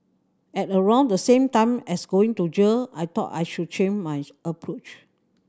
at around the same time as going to jail I thought I should change my approach